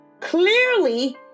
Clearly